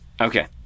Okay